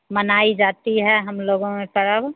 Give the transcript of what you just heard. मनाई जाती है हम लोगों में पर्व